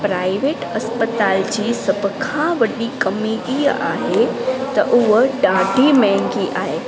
private अस्पताल जी सभिनि खां वॾी कमी हीअ आहे त हूअ ॾाढी महांगी आहे